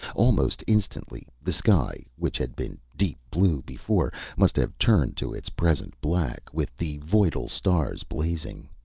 almost instantly, the sky, which had been deep blue before, must have turned to its present black, with the voidal stars blazing.